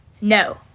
no